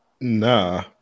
Nah